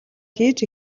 хийж